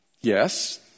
Yes